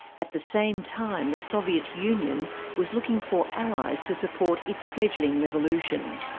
at the same time, the soviet union was looking for allies to support its fledgling revolution.